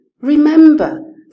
remember